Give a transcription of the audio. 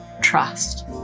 trust